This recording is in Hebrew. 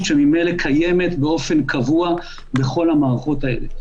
שממילא קיימת באופן קבוע בכל המערכות האלה.